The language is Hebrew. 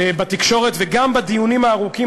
בתקשורת וגם בדיונים הארוכים,